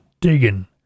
digging